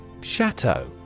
Chateau